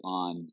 on